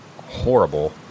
horrible